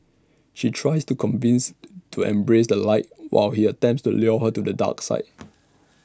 she tries to convince to embrace the light while he attempts to lure her to the dark side